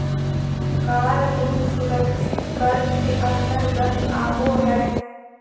कार loan सुरक्षित कर्ज के अंतर्गत आबो हय